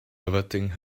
averting